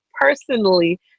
personally